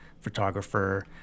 photographer